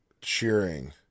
cheering